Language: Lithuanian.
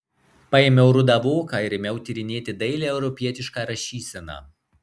paėmiau rudą voką ir ėmiau tyrinėti dailią europietišką rašyseną